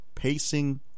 Pacing